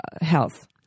health